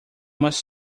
must